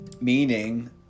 meaning